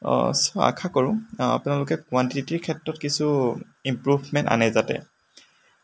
আশা কৰোঁ আপোনালোকে কুৱাণ্টিতিৰ ক্ষেত্ৰত কিছু ইম্প্ৰভমেণ্ট আনে যাতে